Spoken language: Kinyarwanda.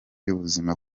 y’ubuzima